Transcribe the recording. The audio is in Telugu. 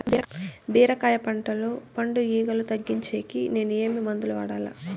బీరకాయ పంటల్లో పండు ఈగలు తగ్గించేకి నేను ఏమి మందులు వాడాలా?